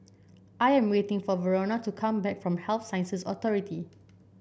I am waiting for Verona to come back from Health Sciences Authority